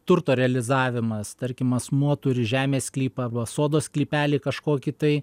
turto realizavimas tarkim asmuo turi žemės sklypą arba sodo sklypelį kažkokį tai